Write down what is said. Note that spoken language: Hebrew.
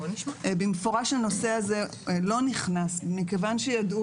במפורש הנושא הזה לא נכנס מכיוון שידעו